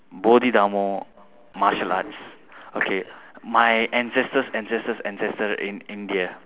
bodhidharma martial arts okay my ancestor's ancestor's ancestor in india